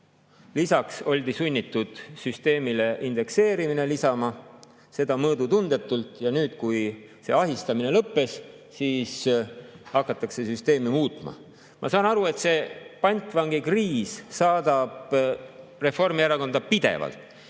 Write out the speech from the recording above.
Lisaks oldi sunnitud süsteemile lisama indekseerimine, seda mõõdutundetult. Ja nüüd, kui see ahistamine lõppes, siis hakatakse süsteemi muutma. Ma saan aru, et see pantvangikriis saadab Reformierakonda pidevalt.